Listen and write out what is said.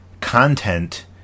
content